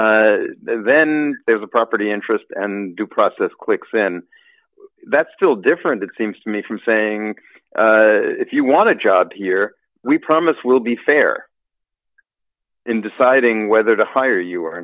cause then there's a property interest and due process quicksand that's still different it seems to me from saying if you want to job here we promise we'll be fair in deciding whether to hire you